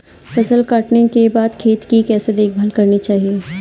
फसल काटने के बाद खेत की कैसे देखभाल करनी चाहिए?